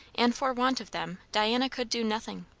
and for want of them diana could do nothing.